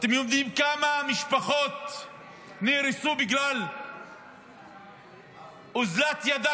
ואתם יודעים כמה משפחות נהרסו בגלל אוזלת ידה